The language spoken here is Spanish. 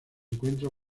encuentra